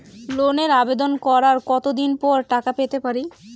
লোনের আবেদন করার কত দিন পরে টাকা পেতে পারি?